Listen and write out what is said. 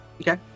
Okay